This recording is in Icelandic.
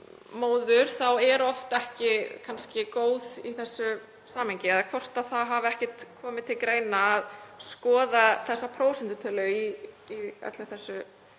móður er oft ekki góð í þessu samhengi, eða hvort það hafi ekki komið til greina að skoða þessa prósentutölu í öllu þessu